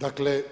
Dakle,